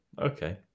okay